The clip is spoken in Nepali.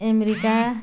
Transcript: अमेरिका